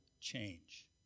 change